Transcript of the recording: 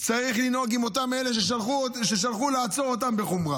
שצריך לנהוג עם אותם אלה ששלחו לעצור אותם בחומרה.